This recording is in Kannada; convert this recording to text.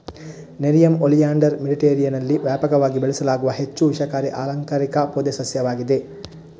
ನೆರಿಯಮ್ ಒಲಿಯಾಂಡರ್ ಮೆಡಿಟರೇನಿಯನ್ನಲ್ಲಿ ವ್ಯಾಪಕವಾಗಿ ಬೆಳೆಸಲಾಗುವ ಹೆಚ್ಚು ವಿಷಕಾರಿ ಅಲಂಕಾರಿಕ ಪೊದೆ ಸಸ್ಯವಾಗಿದೆ